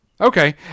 Okay